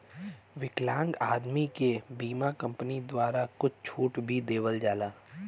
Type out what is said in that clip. विकलांग आदमी के बीमा कम्पनी द्वारा कुछ छूट भी देवल जाला